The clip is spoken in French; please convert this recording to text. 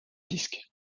disques